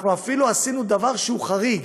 אנחנו אפילו עשינו דבר שהוא חריג,